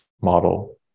model